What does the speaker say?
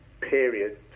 period